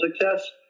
success